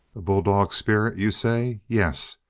a bulldog spirit, you say? yes!